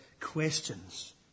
questions